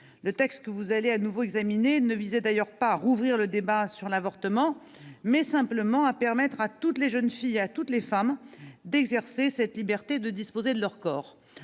Le texte que vous allez de nouveau examiner visait d'ailleurs non pas à rouvrir le débat sur l'avortement, mais simplement à permettre à toutes les jeunes filles et à toutes les femmes d'exercer cette liberté de disposer de leur corps.